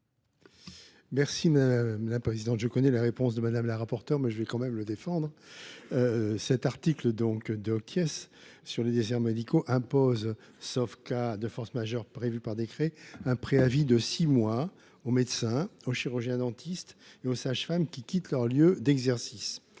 est à M. Alain Milon. Je connais la réponse de Mme la rapporteure, mais je vais quand même le défendre. Cet article 2 impose, sauf cas de force majeure prévue par décret, un préavis de six mois aux médecins, chirurgiens dentistes et aux sages femmes qui quittent leur lieu d’exercice.